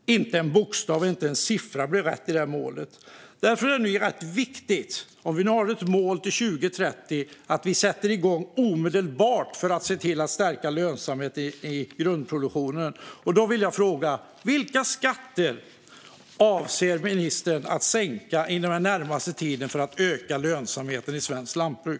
Inte en bokstav och inte en siffra i det målet blev rätt. När vi nu har ett mål till 2030 är det viktigt att vi sätter igång omedelbart med att stärka lönsamheten i grundproduktionen. Då vill jag fråga: Vilka skatter avser ministern att sänka den närmaste tiden för att öka lönsamheten i svenskt lantbruk?